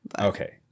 Okay